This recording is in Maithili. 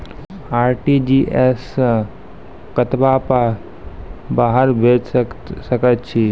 आर.टी.जी.एस सअ कतबा पाय बाहर भेज सकैत छी?